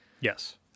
Yes